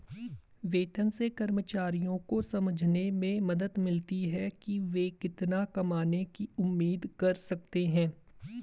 वेतन से कर्मचारियों को समझने में मदद मिलती है कि वे कितना कमाने की उम्मीद कर सकते हैं